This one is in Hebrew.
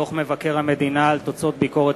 דוח מבקר המדינה על תוצאות ביקורת